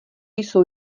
jsou